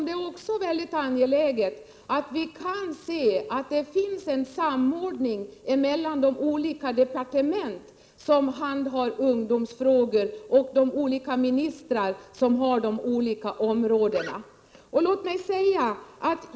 Det är också mycket angeläget att vi kan se att det finns en samordning mellan de olika departement som handhar ungdomsfrågor och de olika ministrar som har hand om de olika områdena.